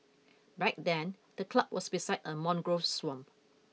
back then the club was beside a mangrove swamp